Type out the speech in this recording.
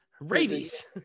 rabies